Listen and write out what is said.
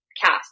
cast